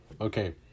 Okay